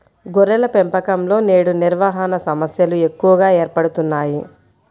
గొర్రెల పెంపకంలో నేడు నిర్వహణ సమస్యలు ఎక్కువగా ఏర్పడుతున్నాయి